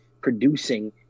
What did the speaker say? producing